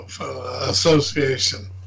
Association